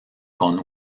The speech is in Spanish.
con